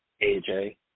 AJ